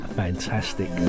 fantastic